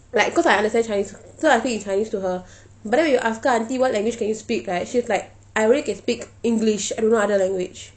like cause I understand chinese so I speak in chinese to her but then when you ask the aunty what language can you speak right she's like I only can speak english and no other language